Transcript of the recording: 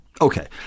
Okay